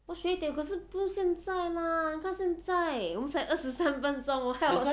我要学一点可是不是现在 lah not 现在我们才二十三分钟还有